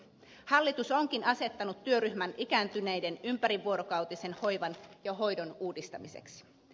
hallitus onkin asettanut työryhmän ikääntyneiden ympärivuorokautisen hoivan ja hoidon uudistamiseksi